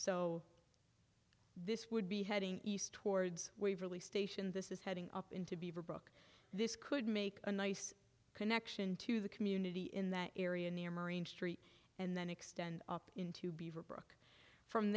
so this would be heading east towards waverly station this is heading up into beaverbrook this could make a nice connection to the community in that area near marine street and then extend into beaverbrook from